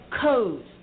codes